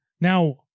Now